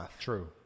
true